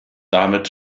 damit